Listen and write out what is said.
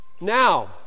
Now